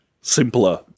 simpler